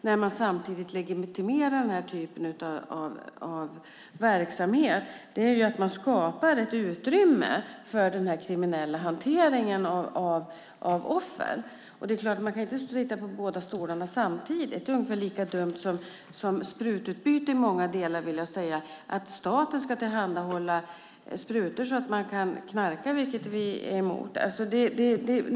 När de legitimerar den typen av verksamhet skapar de samtidigt ett utrymme för den kriminella hanteringen av offer. De kan inte sitta på båda stolarna samtidigt. Det är ungefär lika dumt som sprututbyte i många delar, det vill säga staten ska tillhandahålla sprutor så att man kan knarka, vilket vi är emot.